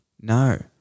No